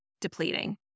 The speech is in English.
depleting